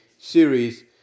series